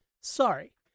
Sorry